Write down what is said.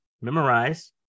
memorize